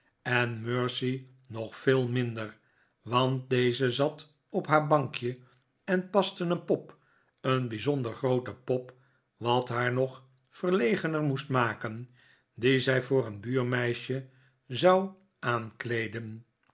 en mercy nog veel minder want deze zat op haar bankje en paste een pop een bijzonder groote pop wat haar nog verlegener moest maken die zij voor een buurmeisje zou aankleeden